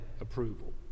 approval